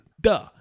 duh